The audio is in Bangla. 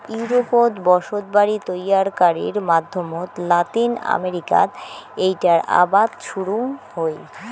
ইউরোপত বসতবাড়ি তৈয়ারকারির মাধ্যমত লাতিন আমেরিকাত এ্যাইটার আবাদ শুরুং হই